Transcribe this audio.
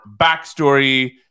backstory